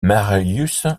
marius